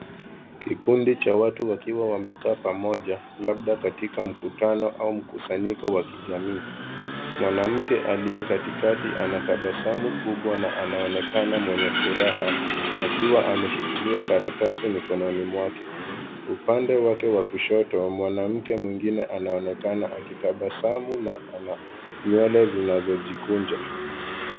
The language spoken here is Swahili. Kikundi cha watu wakiwa wamekaa pamoja, labda katika mkutano au mkusanyiko wa kijamii. Mwanamke aliyekatikati anatabasamu kubwa na anaonekana mwenye furaha akiwa ameshikilia karatasi mikononi mwake. Upande wake wa kushoto, mwanamke mwingine anaonekana akitabasamu na ana nywele zinazojikunja.